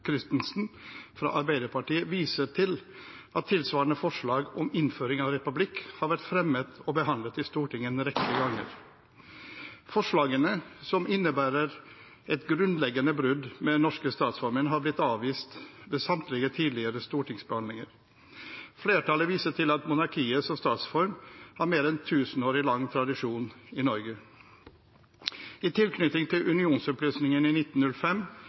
Christensen fra Arbeiderpartiet, viser til at tilsvarende forslag om innføring av republikk har vært fremmet og behandlet i Stortinget en rekke ganger. Forslagene, som innebærer et grunnleggende brudd med den norske statsformen, har blitt avvist ved samtlige tidligere stortingsbehandlinger. Flertallet viser til at monarkiet som statsform har en mer enn tusenårig lang tradisjon i Norge. I tilknytning til unionsoppløsningen i 1905